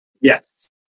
Yes